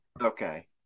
Okay